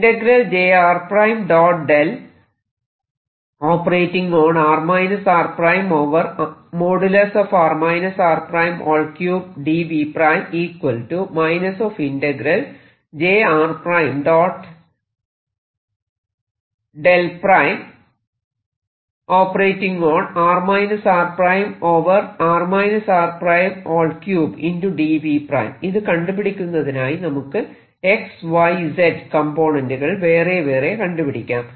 ഇത് കണ്ടുപിടിക്കുന്നതിനായി നമുക്ക് X Y Z കംപോണന്റുകൾ വേറെവേറെ കണ്ടുപിടിക്കാം